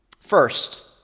First